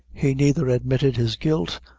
he neither admitted his guilt,